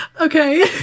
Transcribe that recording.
Okay